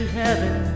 heaven